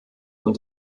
und